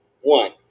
One